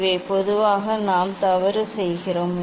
இவை பொதுவாக நாம் தவறு செய்கிறோம்